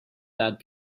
that